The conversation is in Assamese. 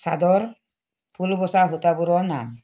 চাদৰ ফুল বচা সূতাবোৰৰ নাম